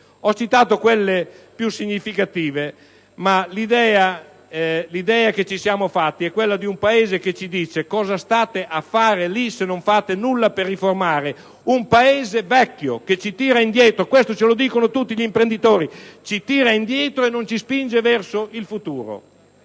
Ho citato gli elementi più significativi ma l'idea che ci siamo fatti è quella di un Paese che ci chiede: cosa fate lì se non fate nulla per riformare un Paese vecchio, che ci tira indietro? Questo ci dicono tutti gli imprenditori: ci tira indietro e non ci spinge verso il futuro.